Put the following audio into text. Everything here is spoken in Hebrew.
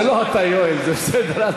זה לא אתה, יואל, זה בסדר.